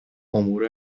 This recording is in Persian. امور